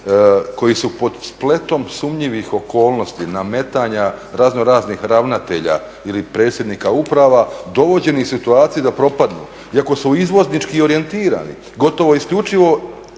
koji su pod spletom sumnjivih okolnosti nametanja raznoraznih ravnatelja ili predsjednika uprava dovođeni u situaciju da propadnu iako su izvoznički orijentirani, gotovo isključivo